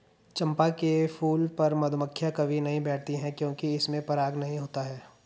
चंपा के फूल पर मधुमक्खियां कभी नहीं बैठती हैं क्योंकि इसमें पराग नहीं होता है